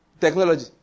technology